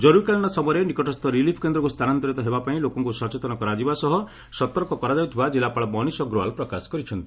ଜରୁରିକାଳୀନ ସମୟରେ ନିକଟସ୍ଥ ରିଲିଫ୍ କେନ୍ଦ୍ରକୁ ସ୍ତାନାନ୍ତରିତ ହେବା ପାଇଁ ଲୋକଙ୍କୁ ସଚେତନ କରାଯିବା ସହ ସତର୍କ କରାଯାଉଥିବା ଜିଲ୍ଲାପାଳ ମନିଶ ଅଗ୍ରୱାଲ୍ ପ୍ରକାଶ କରିଛନ୍ତି